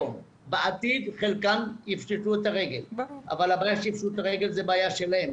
הבעיה שיפשטו את הרגל זה בעיה שלהם.